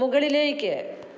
മുകളിലേക്ക്